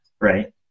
right